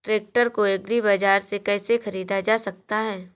Tractor को agri बाजार से कैसे ख़रीदा जा सकता हैं?